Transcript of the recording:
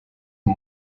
een